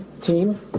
team